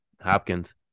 Hopkins